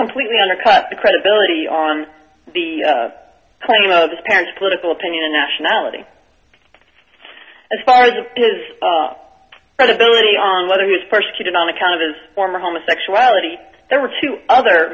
completely undercut the credibility on the claim of his parents political opinion nationality as far as his credibility on whether he was persecuted on account of his former homosexuality there were two other